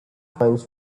times